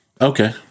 Okay